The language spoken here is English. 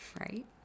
right